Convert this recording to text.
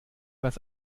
was